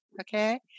okay